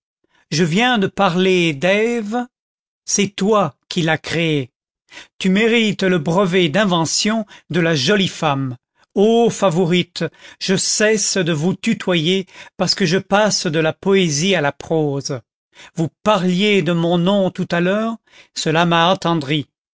je viens de parler d'ève c'est toi qui l'as créée tu mérites le brevet d'invention de la jolie femme ô favourite je cesse de vous tutoyer parce que je passe de la poésie à la prose vous parliez de mon nom tout à l'heure cela m'a attendri